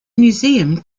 museum